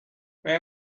may